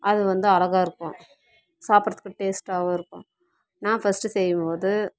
அது வந்து அழகாக இருக்கும் சாப்பிட்றதுக்கு டேஸ்ட்டாகவும் இருக்கும் நான் ஃபஸ்ட்டு செய்யும் போது